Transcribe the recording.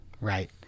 Right